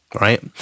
right